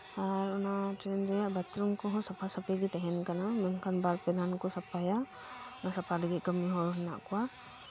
ᱟᱨ ᱚᱱᱟ ᱴᱨᱮᱹᱱ ᱨᱮᱭᱟᱜ ᱵᱟᱛᱷᱨᱩᱢ ᱠᱚᱦᱚᱸ ᱥᱟᱯᱷᱟᱼᱥᱟᱹᱯᱷᱤ ᱜᱮ ᱛᱟᱸᱦᱮᱱ ᱠᱟᱱᱟ ᱢᱮᱱᱠᱷᱟᱱ ᱵᱟᱨ ᱯᱮ ᱫᱷᱟᱣ ᱠᱚ ᱥᱟᱯᱷᱟᱭᱟ ᱚᱱᱟ ᱥᱟᱯᱷᱟ ᱞᱟᱹᱜᱤᱫ ᱠᱟᱹᱢᱤ ᱦᱚᱲ ᱢᱮᱱᱟᱜ ᱠᱚᱣᱟ